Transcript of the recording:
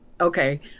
okay